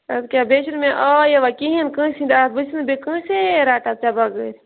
ادٕ کیاہ بیٚیہِ چھُ نہٕ مےٚ آے یِوان کِہیٖنۍ کٲنٛسہِ ہٕنٛدۍ اتھٕ بہٕ چھَس نہٕ بیٚیہِ کٲنٛسے رَٹان ژےٚ بَغٲر